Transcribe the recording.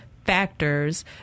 Factors